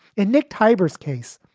and nick, tiber's case,